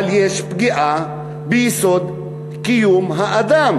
אבל יש פגיעה ביסוד קיום האדם.